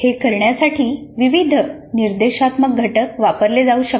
हे करण्यासाठी विविध निर्देशात्मक घटक वापरले जाऊ शकतात